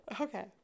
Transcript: Okay